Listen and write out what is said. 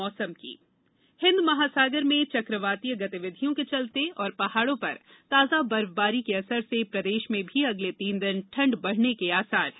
मौसम हिंद महासागर में चक्रवातीय गतिविधियों के चलते और पहाड़ों पर ताजा बर्फबारी के असर से प्रदेश में भी अगले तीन दिन ठंड बढ़ने के आसार हैं